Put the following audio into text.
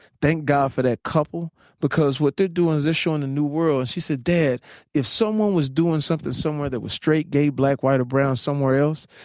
thank god for that couple because what they're doing is showing a new world. she said, dad if someone was doing something somewhere that was straight, gay, black, white, or brown somewhere else,